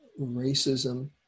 racism